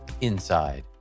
Inside